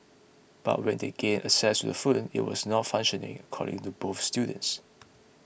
but when they gained access to the phone it was not functioning according to both students